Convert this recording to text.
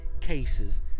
cases